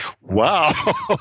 wow